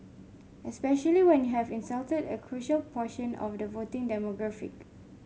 especially when you have insulted a crucial portion of the voting demographic